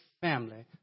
family